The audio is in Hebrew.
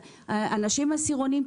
אנשים עשירונים,